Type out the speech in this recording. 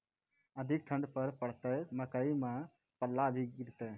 अधिक ठंड पर पड़तैत मकई मां पल्ला भी गिरते?